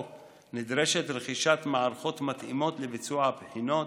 נדרשת רכישת מערכות מתאימות לביצוע בחינות,